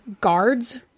guards